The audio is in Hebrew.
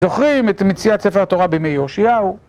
זוכרים את מציאת ספר התורה בימי יהושיהו?